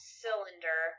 cylinder